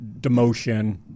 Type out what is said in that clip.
demotion